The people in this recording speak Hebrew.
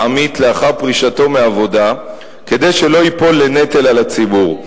לעמית לאחר פרישתו מעבודה כדי שלא ייפול לנטל על הציבור.